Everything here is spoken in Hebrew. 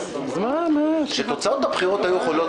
שזיהינו שתוצאות הבחירות היו יכולות